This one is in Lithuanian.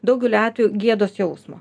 daugeliu atvejų gėdos jausmo